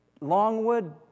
Longwood